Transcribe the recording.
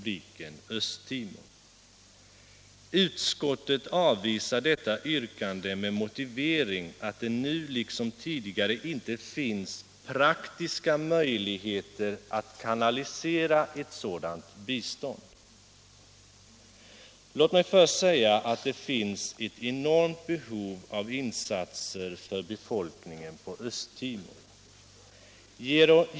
Låt mig först säga att det finns ett enormt behov av insatser för befolkningen på Östtimor.